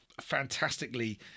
fantastically